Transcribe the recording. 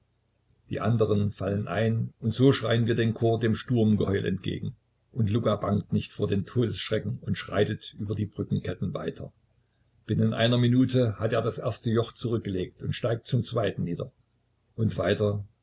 die anderen fallen ein und so schreien wir den chor dem sturmgeheul entgegen und luka bangt nicht vor den todesschrecken und schreitet über die brückenketten weiter binnen einer minute hat er das erste joch zurückgelegt und steigt zum zweiten nieder und weiter